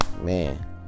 Man